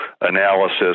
analysis